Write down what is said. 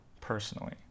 personally